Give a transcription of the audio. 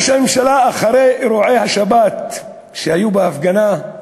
אחרי אירועי השבת בהפגנה,